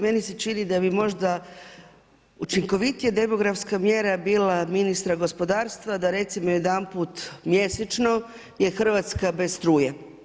Meni se čini da bi možda učinkovitija demografska mjera bila ministra gospodarstva da recimo jedanput mjesečno je Hrvatska bez struje.